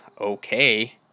okay